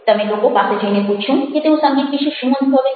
તમે લોકો પાસે જઈને પૂછ્યું કે તેઓ સંગીત વિશે શું અનુભવે છે